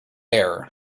air